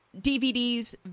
DVDs